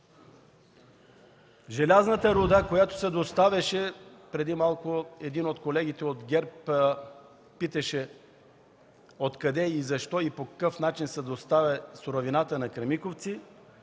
Желязната руда, която се доставяше – преди малко колега от ГЕРБ питаше откъде, защо и по какъв начин се доставя суровината на „Кремиковци”